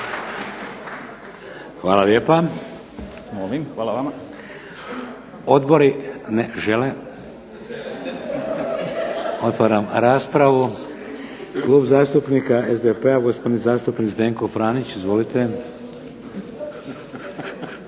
Hvala lijepa. Odbori ne žele? Otvaram raspravu. Klub zastupnika SDP-a gospodin zastupnik Zdenko Franić. Izvolite.